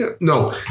No